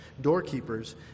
doorkeepers